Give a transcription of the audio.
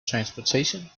transportation